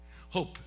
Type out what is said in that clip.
Hope